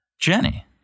Jenny